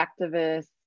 activists